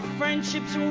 friendships